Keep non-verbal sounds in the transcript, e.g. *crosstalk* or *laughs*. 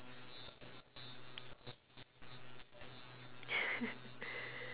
*laughs*